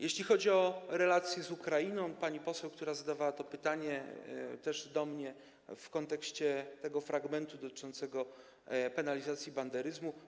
Jeśli chodzi o relacje z Ukrainą, pani poseł skierowała to pytanie też do mnie w kontekście tego fragmentu dotyczącego penalizacji banderyzmu.